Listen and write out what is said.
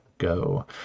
go